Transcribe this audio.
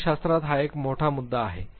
मानसशास्त्रात हा एक मोठा मुद्दा आहे